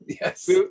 Yes